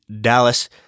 Dallas